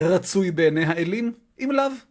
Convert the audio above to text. רצוי בעיני האלים, אם לאו.